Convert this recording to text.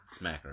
smacker